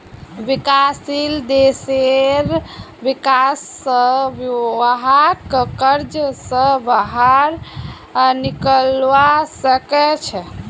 विकासशील देशेर विका स वहाक कर्ज स बाहर निकलवा सके छे